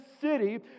city